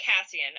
Cassian